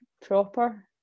proper